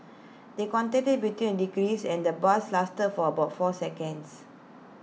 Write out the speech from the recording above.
the contact between the deceased and the bus lasted for about four seconds